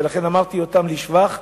ולכן ציינתי אותם לשבח.